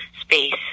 space